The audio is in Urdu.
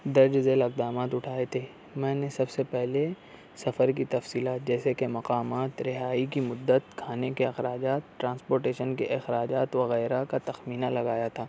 درج ذیل اقدامات اُٹھائے تھے میں نے سب سے پہلے سفر کی تفصیلات جیسے کہ مقامات رہائی کی مدت کھانے کے اخراجات ٹرانسپورٹیشن کے اخراجات وغیرہ کا تخمینہ لگایا تھا